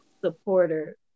supporter